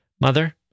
Mother